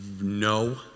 No